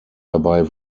dabei